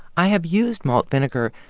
i have used malt vinegar.